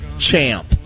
Champ